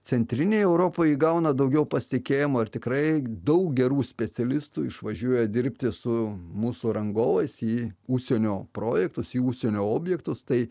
centrinėj europoj įgauna daugiau pasitikėjimo ir tikrai daug gerų specialistų išvažiuoja dirbti su mūsų rangovais į užsienio projektus į užsienio objektus tai